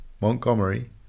Montgomery